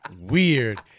weird